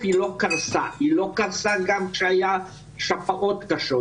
היא לא קרסה והיא לא קרסה גם כשהייתה שפעת קשה.